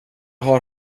har